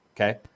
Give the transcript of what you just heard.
Okay